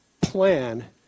plan